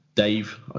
Dave